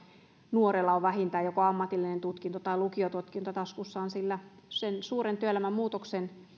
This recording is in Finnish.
nuorella on vähintään joko ammatillinen tutkinto tai lukiotutkinto taskussaan sillä sen suuren työelämän muutoksen